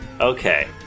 Okay